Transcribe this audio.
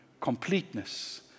Completeness